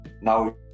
now